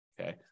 Okay